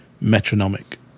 metronomic